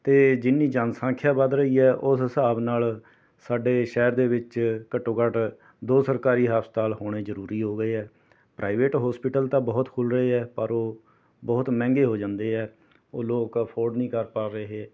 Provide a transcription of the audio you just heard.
ਅਤੇ ਜਿੰਨੀ ਜਨਸੰਖਿਆ ਵੱਧ ਰਹੀ ਹੈ ਓਸ ਹਿਸਾਬ ਨਾਲ ਸਾਡੇ ਸ਼ਹਿਰ ਦੇ ਵਿੱਚ ਘੱਟੋ ਘੱਟ ਦੋ ਸਰਕਾਰੀ ਹਸਤਪਾਲ ਹੋਣੇ ਜ਼ਰੂਰੀ ਹੋ ਗਏ ਹੈ ਪ੍ਰਾਈਵੇਟ ਹੋਸਪਿਟਲ ਤਾਂ ਬਹੁਤ ਖੁੱਲ੍ਹ ਰਹੇ ਹੈ ਪਰ ਉਹ ਬਹੁਤ ਮਹਿੰਗੇ ਹੋ ਜਾਂਦੇ ਹੈ ਉਹ ਲੋਕ ਅਫੋਰਡ ਨਹੀਂ ਕਰ ਪਾ ਰਹੇ